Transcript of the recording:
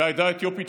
והעדה האתיופית,